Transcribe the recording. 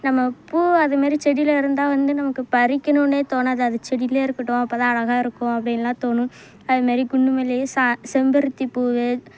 நம்ம பூ அதுமாரி செடியில் இருந்தால் வந்து நமக்கு பறிக்கணும்னே தோணாது அது செடியிலேயே இருக்கட்டும் அப்போதான் அழகாக இருக்கும் அப்படின்லாம் தோணும் அதுமாரி குண்டு மல்லி ச செம்பருத்தி பூ